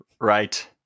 right